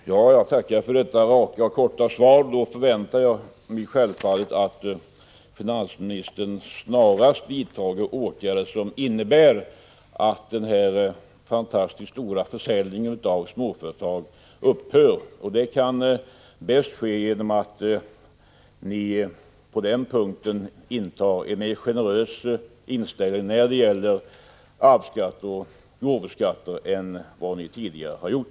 Herr talman! Jag tackar för detta raka och korta svar. Jag förväntar mig då att finansministern snarast vidtar åtgärder som innebär att den här fantastiskt stora försäljningen av småföretag upphör. Det kan bäst ske genom att ni på den punkten intar en mer generös inställning när det gäller arvsoch gåvoskatter än vad ni tidigare har gjort.